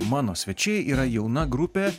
mano svečiai yra jauna grupė